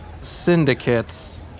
syndicates